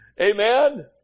Amen